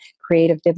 creative